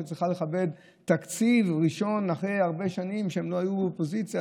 שצריכה לכבד תקציב ראשון אחרי הרבה שנים שהם היו באופוזיציה?